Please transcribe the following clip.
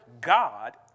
God